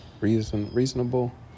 reasonable